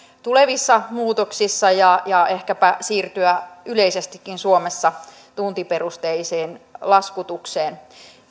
tulevissa muutoksissa ja ja ehkäpä siirtyä yleisestikin suomessa tuntiperusteiseen laskutukseen